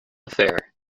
affair